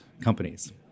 companies